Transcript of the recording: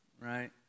right